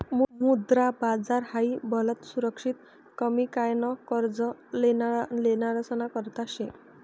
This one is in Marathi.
मुद्रा बाजार हाई भलतं सुरक्षित कमी काय न कर्ज लेनारासना करता शे